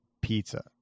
pizza